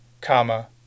Comma